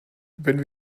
wenn